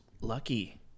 lucky